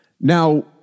Now